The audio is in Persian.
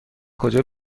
کجا